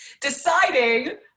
deciding